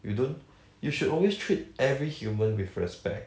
you don't you should always treat every human with respect